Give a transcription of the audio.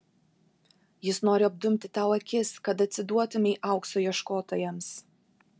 jis nori apdumti tau akis kad atsiduotumei aukso ieškotojams